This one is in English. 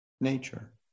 nature